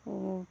অঁ